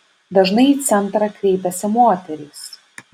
dažnai į centrą kreipiasi moterys